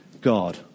God